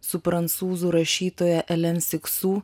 su prancūzų rašytoja elen siksu